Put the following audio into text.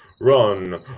Run